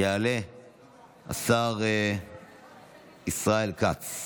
יעלה השר ישראל כץ,